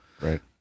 Right